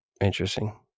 Interesting